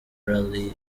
rally